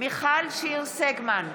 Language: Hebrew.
מיכל שיר סגמן,